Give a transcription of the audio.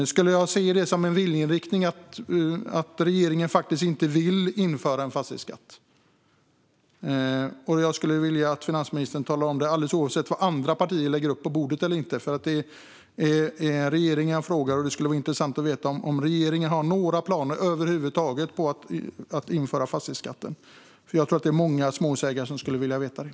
Ska jag se det som en viljeinriktning - att regeringen faktiskt inte vill införa en fastighetsskatt? Jag skulle vilja att finansministern talar om detta, alldeles oavsett vad andra partier lägger upp eller inte lägger upp på bordet. Det är regeringen jag frågar, och det skulle vara intressant att veta om regeringen har några planer över huvud taget på att införa fastighetsskatten. Jag tror att det är många småhusägare som skulle vilja veta det.